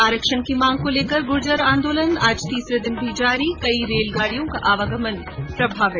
आरक्षण की मांग को लेकर गूर्जर आंदोलन आज तीसरे दिन भी जारी कई रेलगाड़ियों का आवागमन प्रभावित